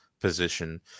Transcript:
position